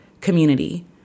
community